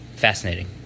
fascinating